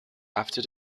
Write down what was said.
after